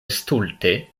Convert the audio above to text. stulte